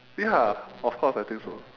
ya of course I think so